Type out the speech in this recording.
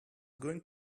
going